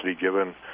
given